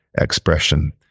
expression